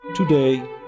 Today